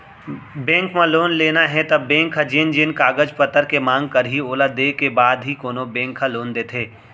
bank म loan लेना हे त बेंक ह जेन जेन कागज पतर के मांग करही ओला देय के बाद ही कोनो बेंक ह लोन देथे